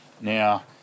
Now